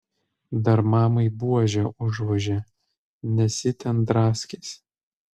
dar mamai buože užvožė nes ji ten draskėsi